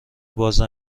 باز